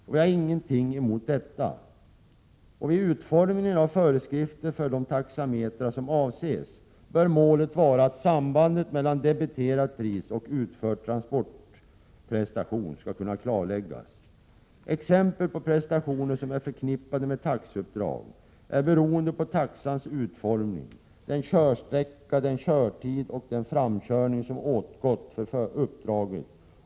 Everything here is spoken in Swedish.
Jag har ingenting emot detta. Vid utformningen av föreskrifter för de taxametrar som avses bör målet vara att sambandet mellan debiterat pris och utförd transportprestation skall kunna klarläggas. Taxiuppdraget är beroende av bl.a. taxans utformning och den körsträcka, körtid och framkörning som åtgått för uppdraget.